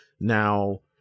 Now